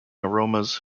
aromas